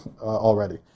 already